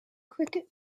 cricket